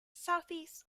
southeast